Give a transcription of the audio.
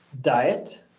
diet